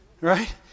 right